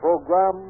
Program